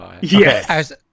Yes